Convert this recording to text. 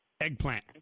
Eggplant